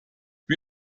wie